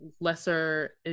lesser